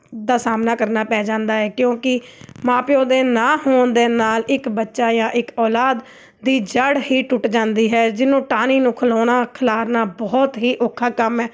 ਦਾ ਸਾਹਮਣਾ ਕਰਨਾ ਪੈ ਜਾਂਦਾ ਹੈ ਕਿਉਂਕਿ ਮਾਂ ਪਿਓ ਦੇ ਨਾ ਹੋਣ ਦੇ ਨਾਲ ਇੱਕ ਬੱਚਾ ਜਾਂ ਇੱਕ ਔਲਾਦ ਦੀ ਜੜ੍ਹ ਹੀ ਟੁੱਟ ਜਾਂਦੀ ਹੈ ਜਿਹਨੂੰ ਟਾਹਣੀ ਨੂੰ ਖਲੋਣਾ ਖਲਾਰਨਾ ਬਹੁਤ ਹੀ ਔਖਾ ਕੰਮ ਹੈ